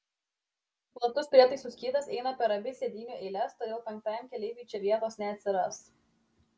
platus prietaisų skydas eina per abi sėdynių eiles todėl penktajam keleiviui čia vietos neatsiras